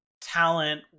talent